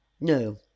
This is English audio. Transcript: No